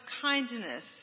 kindness